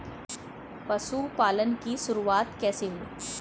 पशुपालन की शुरुआत कैसे हुई?